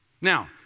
Now